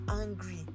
angry